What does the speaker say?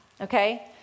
okay